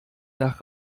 nach